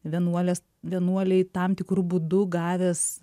vienuolės vienuoliai tam tikru būdu gavęs